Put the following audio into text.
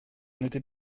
n’était